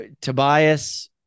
Tobias